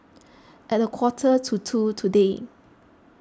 at a quarter to two today